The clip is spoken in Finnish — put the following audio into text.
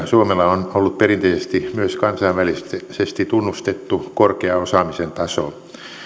suomella on ollut perinteisesti myös kansainvälisesti tunnustettu korkea osaamisen taso